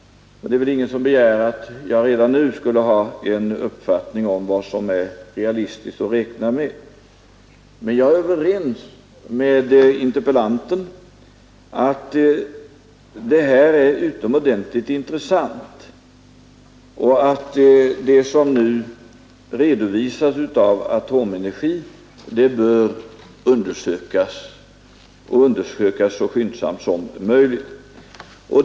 Det är väl ingen som begär att jag redan nu skall ha en uppfattning om vad som är realistiskt att räkna med, men jag är överens med interpellanten om att det här är utomordentligt intressant och att det som nu redovisas av Atomenergi bör undersökas — och undersökas så skyndsamt som möjligt.